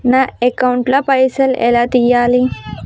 నా అకౌంట్ ల పైసల్ ఎలా తీయాలి?